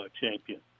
champion